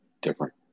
different